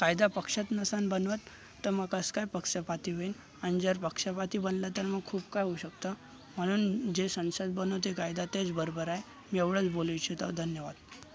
कायदा पक्षात नसेल बनवत तर मग कसं काय पक्षपाती होईल आणि जर पक्षपाती बनलं तर मग खूप काही होऊ शकतं म्हणून जे संसद बनवते कायदा तेच बरोबर आहे मी एवढंच बोलू इच्छित आहे धन्यवाद